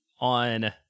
on